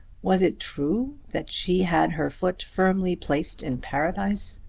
was it true that she had her foot firmly placed in paradise?